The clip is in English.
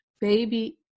baby